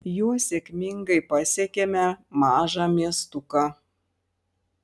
juo sėkmingai pasiekėme mažą miestuką